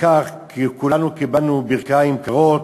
וכך כולנו קיבלנו ברכיים קרות,